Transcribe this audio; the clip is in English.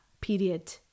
period